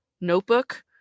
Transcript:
notebook